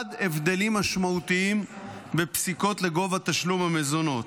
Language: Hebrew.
הבדלים משמעותיים בפסיקות על גובה תשלום המזונות,